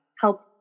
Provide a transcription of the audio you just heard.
help